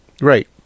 Right